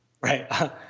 Right